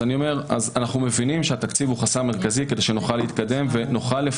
אנחנו מבינים שהתקציב הוא חסם מרכזי כדי שנוכל להתקדם ולפתח.